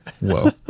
whoa